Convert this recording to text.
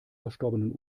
verstorbenen